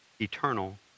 eternal